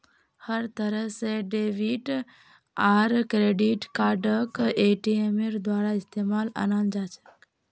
हर तरह से डेबिट आर क्रेडिट कार्डक एटीएमेर द्वारा इस्तेमालत अनाल जा छे